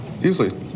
Usually